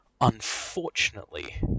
Unfortunately